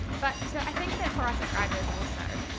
but so i think that for our subscribers also,